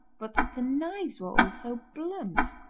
but that the knives were all so blunt.